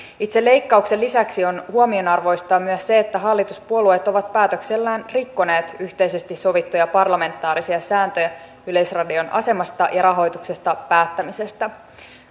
itse leikkauksen lisäksi on huomionarvoista että hallituspuolueet ovat päätöksellään rikkoneet yhteisesti sovittuja parlamentaarisia sääntöjä yleisradion asemasta ja rahoituksesta päättämisestä